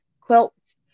quilts